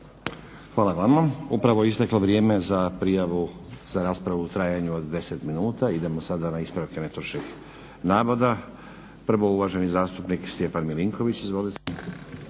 Hvala vama. Upravo je isteklo vrijeme za prijavu za raspravu u traju od 10 minuta. Idemo sada na ispravke netočnih navoda, prvo uvaženi zastupnik Stjepan Milinković. Izvolite.